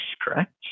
correct